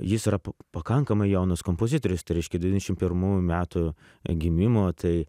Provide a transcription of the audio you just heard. jis yra pakankamai jaunas kompozitorius tai reiškia devyniasdešim pirmų metų gimimo tai